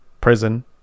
prison